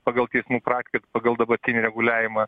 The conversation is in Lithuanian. pagal teismų praktiką pagal dabartinį reguliavimą